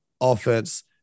offense